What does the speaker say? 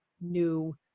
new